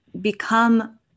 become